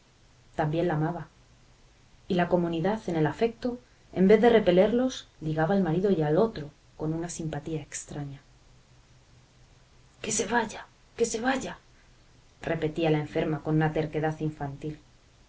también la amaba y la comunidad en el afecto en vez de repelerlos ligaba al marido y al otro con una simpatía extraña que se vaya que se vaya repetía la enferma con una terquedad infantil